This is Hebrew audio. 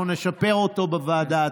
אנחנו נשפר אותו בוועדה עצמה.